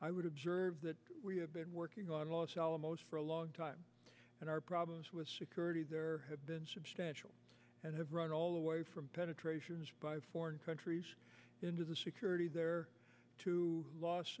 i would observe that we have been working on los alamos for a long time and our problems with security there have been substantial and have run all the way from penetrations by foreign countries into the security there to loss